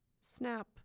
snap